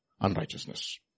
unrighteousness